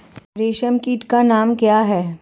रेशम कीट का नाम क्या है?